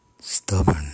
stubborn